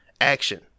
action